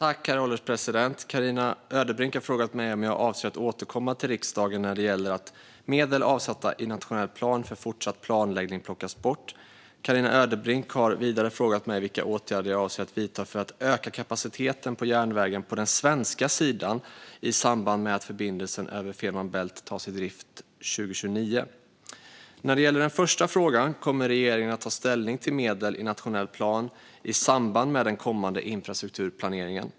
Herr ålderspresident! Carina Ödebrink har frågat mig om jag avser att återkomma till riksdagen när det gäller att medel avsatta i nationell plan för fortsatt planläggning plockas bort. Carina Ödebrink har vidare frågat mig vilka åtgärder jag avser att vidta för att öka kapaciteten på järnvägen på den svenska sidan i samband med att förbindelsen över Fehmarn Bält tas i drift 2029. När det gäller den första frågan kommer regeringen att ta ställning till medel i nationell plan i samband med den kommande infrastrukturplaneringen.